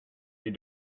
you